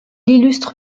illustre